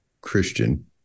Christian